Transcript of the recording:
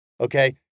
okay